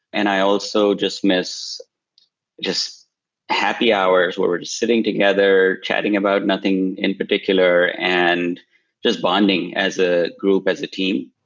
and i also just miss just happy hours where we're just sitting together, chatting about nothing in particular and just bonding as a group, as a team.